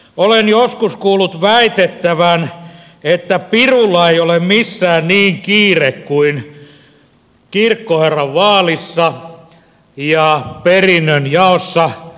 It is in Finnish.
olen joskus kuullut väitettävän että pirulla ei ole missään niin kiire kuin kirkkoherranvaalissa ja perinnönjaossa